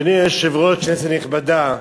אדוני היושב-ראש, כנסת נכבדה,